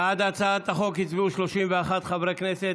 בעד הצעת החוק הצביעו 31 חברי כנסת.